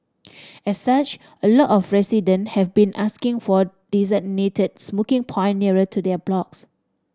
as such a lot of resident have been asking for designated smoking point nearer to their blocks